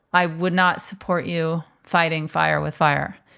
i would not support you fighting fire with fire.